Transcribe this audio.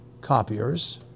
copiers